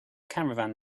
caravan